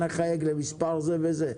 אנא חייג למספר זה וזה.